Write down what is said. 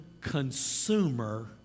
consumer